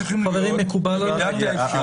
חברים, מקובל עליי.